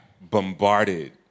bombarded